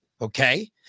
Okay